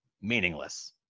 meaningless